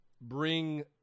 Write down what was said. bring